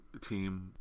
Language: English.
team